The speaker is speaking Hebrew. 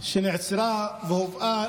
שנעצרה והובאה